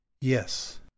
Yes